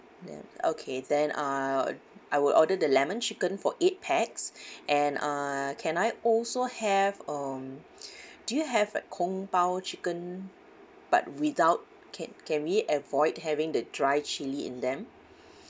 okay then uh I would order the lemon chicken for eight pax and uh can I also have um do you have like kung pao chicken but without can can we avoid having the dry chilli in them